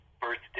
birthday